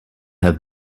have